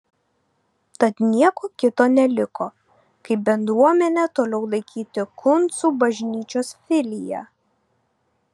tad nieko kito neliko kaip bendruomenę toliau laikyti kuncų bažnyčios filija